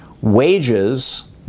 wages